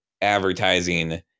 advertising